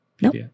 Nope